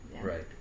Right